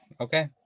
Okay